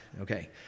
Okay